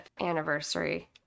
anniversary